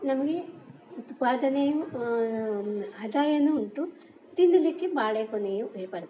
ನಮಗೆ ಉತ್ಪಾದನೆಯು ಆದಾಯವೂ ಉಂಟು ತಿಂದಿದಕ್ಕೆ ಬಾಳೆಕೊನೆಯೂ ಇ ಬರ್ತದೆ